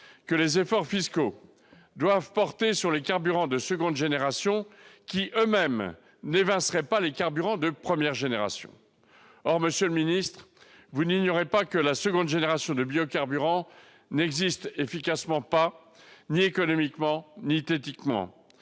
que les efforts fiscaux doivent porter sur les carburants de seconde génération, qui eux-mêmes n'évinceraient pas les carburants de première génération ? Monsieur le ministre d'État, vous n'ignorez pourtant pas que la seconde génération de biocarburants n'existe pas, ni économiquement ni techniquement